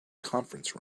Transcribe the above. conference